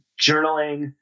journaling